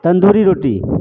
तन्दूरी रोटी